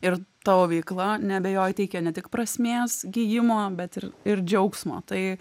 ir tavo veikla neabejoju teikia ne tik prasmės gijimo bet ir ir džiaugsmo tai